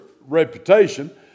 reputation